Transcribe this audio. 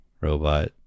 robot